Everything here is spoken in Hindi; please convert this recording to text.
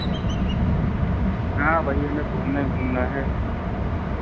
हाँ वहीं हमें घूमने घूमना है